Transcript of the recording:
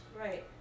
right